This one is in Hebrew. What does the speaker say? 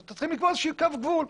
אתם צריכים לקבוע איזשהו קו גבול.